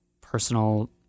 personal